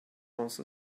once